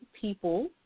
people